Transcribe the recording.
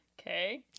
Okay